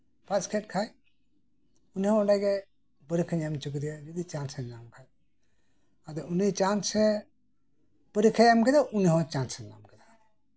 ᱯᱥᱟᱥ ᱠᱮᱜ ᱠᱷᱟᱡ ᱩᱱᱤᱦᱚᱸ ᱚᱱᱰᱮ ᱜᱮ ᱯᱚᱨᱤᱠᱠᱷᱟᱧ ᱮᱢ ᱦᱚᱪᱚ ᱠᱮᱫᱮᱭᱟ ᱡᱚᱫᱤ ᱪᱟᱱᱥ ᱮ ᱧᱟᱢ ᱠᱷᱟᱡ ᱟᱫᱚ ᱪᱟᱱᱥᱮ ᱩᱱᱤ ᱦᱚᱸ ᱯᱚᱨᱤᱠᱠᱷᱟᱭ ᱮᱢ ᱠᱮᱫᱟ ᱩᱱᱤ ᱦᱚᱸ ᱪᱟᱱᱥ ᱮ ᱧᱟᱢ ᱠᱮᱫᱟ